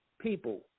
people